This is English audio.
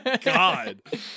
God